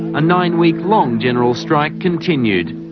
a nine-week-long general strike continued.